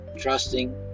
Trusting